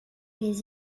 les